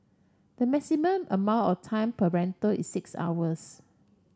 the maximum amount of time per rental is six hours